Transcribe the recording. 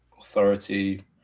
Authority